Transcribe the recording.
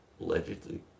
Allegedly